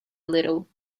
little